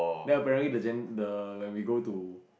then apparently the gent when we go to